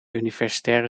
universitaire